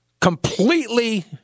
completely